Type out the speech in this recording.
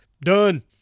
Done